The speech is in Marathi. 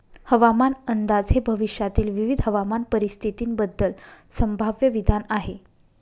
हवामान अंदाज हे भविष्यातील विविध हवामान परिस्थितींबद्दल संभाव्य विधान आहे